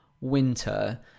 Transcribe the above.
winter